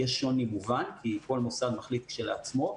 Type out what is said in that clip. יש שוני מובן כי כל מוסד מחליט כשלעצמו,